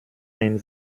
ein